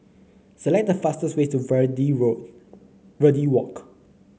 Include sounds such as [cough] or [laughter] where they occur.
select the fastest way to [unintelligible] Verde Walk